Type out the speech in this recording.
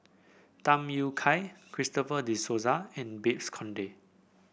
Tham Yui Kai Christopher De Souza and Babes Conde